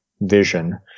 vision